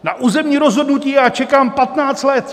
Na územní rozhodnutí já čekám 15 let!